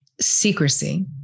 secrecy